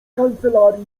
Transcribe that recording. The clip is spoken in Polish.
kancelarii